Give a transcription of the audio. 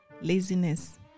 Laziness